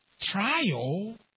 trial